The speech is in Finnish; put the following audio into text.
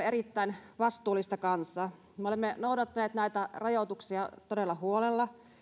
erittäin vastuullista kansaa me olemme noudattaneet näitä rajoituksia todella huolella